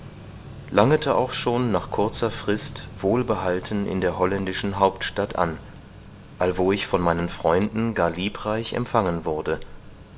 langete auch schon nach kurzer frist wohlbehalten in der holländischen hauptstadt an allwo ich von meinen freunden gar liebreich empfangen wurde